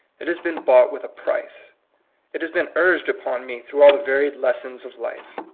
it has been bought with a price it has been urged upon me through all the varied lessons of life.